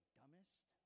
dumbest